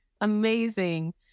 Amazing